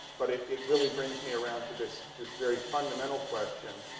but it it really brings me around to this this very fundamental question